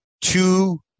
two